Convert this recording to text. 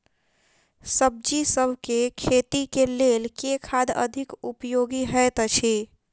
सब्जीसभ केँ खेती केँ लेल केँ खाद अधिक उपयोगी हएत अछि?